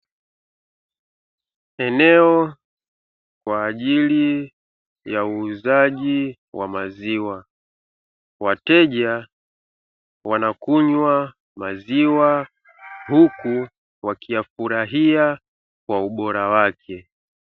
Eneo kwaajili ya uuzaji wa maziwa, wateja wanakunywa maziwa huku wakiyafurahia kwa ubora wake.